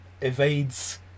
evades